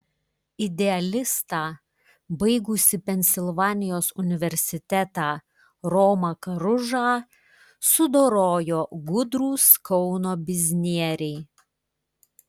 idealistą baigusį pensilvanijos universitetą romą karužą sudorojo gudrūs kauno biznieriai